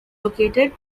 located